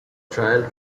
trail